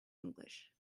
english